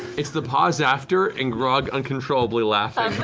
it's the pause after, and grog uncontrollably laughing